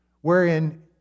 wherein